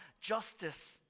justice